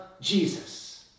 Jesus